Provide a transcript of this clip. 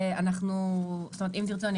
אם תרצו,